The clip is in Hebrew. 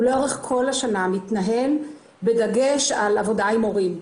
מתנהל לאורך כל השנה בדגש עם עבודה עם הורים.